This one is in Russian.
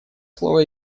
слово